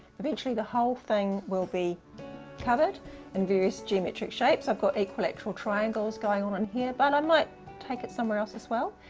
eventually the whole thing will be covered in various geometric shapes. i've got equilateral triangles going on in here, but i might take it somewhere else as well.